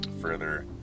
further